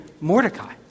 Mordecai